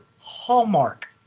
Hallmark